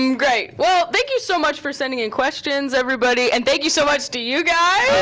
um great, well, thank you so much for sending in questions, everybody. and thank you so much to you guys.